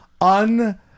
un-